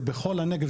זה בכל הנגב,